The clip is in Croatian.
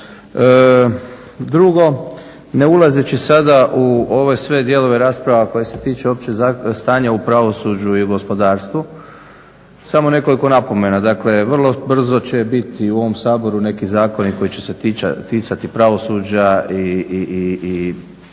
Drugo, ne ulazeći sada u ove sve dijelove rasprava koje se tiču općeg stanja u pravosuđu i gospodarstvu samo nekoliko napomena. Dakle, vrlo brzo će biti u ovom Saboru neki zakoni koji će se ticati pravosuđa i postupanja